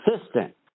assistant